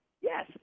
Yes